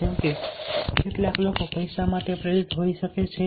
કે જેમ કે કેટલાક લોકો પૈસા માટે પ્રેરિત થઈ શકે છે